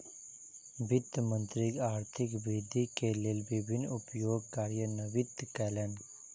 वित्त मंत्री आर्थिक वृद्धि के लेल विभिन्न उपाय कार्यान्वित कयलैन